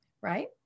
right